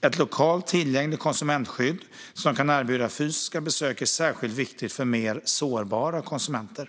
Ett lokalt tillgängligt konsumentskydd som kan erbjuda fysiska besök är särskilt viktigt för mer sårbara konsumenter.